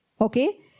Okay